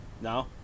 No